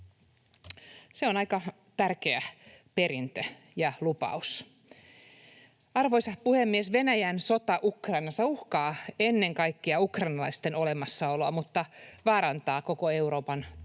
Se on aika tärkeä perintö ja lupaus. Arvoisa puhemies! Venäjän sota Ukrainassa uhkaa ennen kaikkea ukrainalaisten olemassaoloa, mutta vaarantaa koko Euroopan